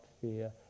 fear